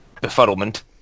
befuddlement